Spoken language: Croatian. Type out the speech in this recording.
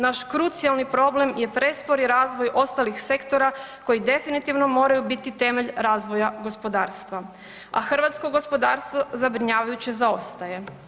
Naš krucijalni problem je prespori razvoj ostalih sektora koji definitivno moraju biti temelj razvoja gospodarstva, a hrvatsko gospodarstvo zabrinjavajuće zaostaje.